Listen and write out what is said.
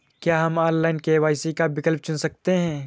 क्या हम online KYC का विकल्प चुन सकते हैं?